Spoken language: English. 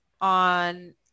on